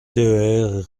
ter